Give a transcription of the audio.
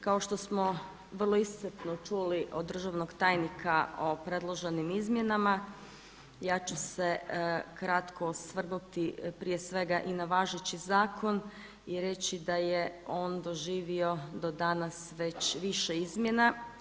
Kao što smo vrlo iscrpno čuli od državnog tajnika o predloženim izmjenama ja ću se kratko osvrnuti prije svega i na važeći zakon i reći da je on doživio do danas već više izmjena.